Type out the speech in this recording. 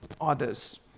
others